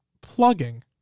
plugging